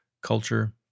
Culture